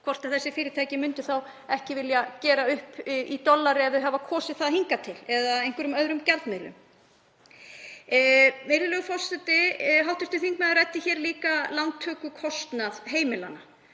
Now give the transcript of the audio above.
hvort þessi fyrirtæki myndu þá ekki vilja gera upp í dollurum ef þau hafa kosið það hingað til eða einhverjum öðrum gjaldmiðlum. Virðulegur forseti. Hv. þingmaður ræddi hér líka lántökukostnað heimilanna.